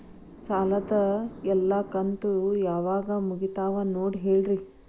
ಸಾಲದ ಎಲ್ಲಾ ಕಂತು ಯಾವಾಗ ಮುಗಿತಾವ ನೋಡಿ ಹೇಳ್ರಿ